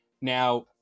Now